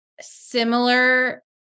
similar